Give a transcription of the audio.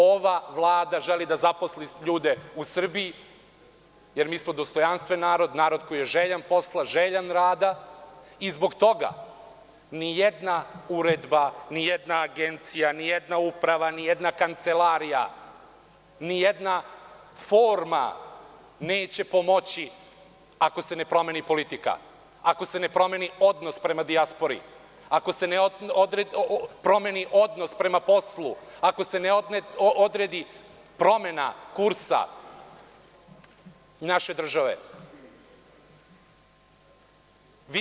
Ova vlada želi da zaposli ljude u Srbiji, jer mi smo dostojanstven narod, narod koji je željan posla, željan rada i zbog toga nijedna uredba, nijedna agencija, nijedna uprava, nijedna kancelarija, nijedna forma neće pomoći ako se ne promeni politika, ako se ne promeni odnos prema dijaspori, ako se ne promeni odnos prema poslu, ako se ne odredi promena kursa naše države.